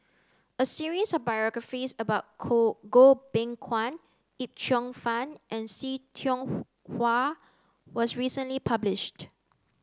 a series of biographies about Goh Beng Kwan Yip Cheong Fun and See Tiong Wah was recently published